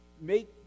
make